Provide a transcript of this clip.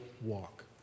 walk